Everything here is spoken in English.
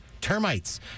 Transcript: Termites